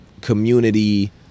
community